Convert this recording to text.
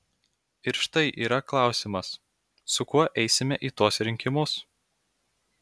ir štai yra klausimas su kuo eisime į tuos rinkimus